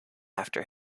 after